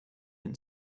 and